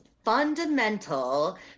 fundamental